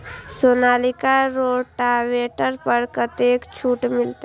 Sonalika rotavator पर कतेक छूट मिलते?